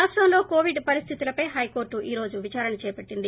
రాష్టంలో కోవిడ్ పరిస్టితులపై హైకోర్టు ఈ రోజు విదారణ చేపట్టింది